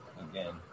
again